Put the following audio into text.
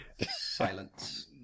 Silence